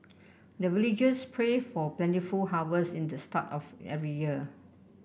the villagers pray for plentiful harvest at the start of every year